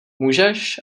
můžeš